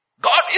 God